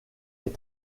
est